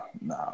nah